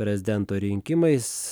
prezidento rinkimais